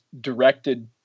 directed